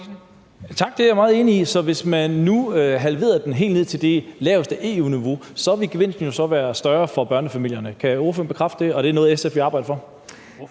(NB): Det er jeg meget enig i. Så hvis man nu halverede den helt ned til det laveste EU-niveau, ville gevinsten jo være større for børnefamilierne. Kan ordføreren bekræfte det? Og er det noget, SF vil arbejde for?